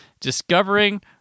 discovering